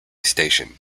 station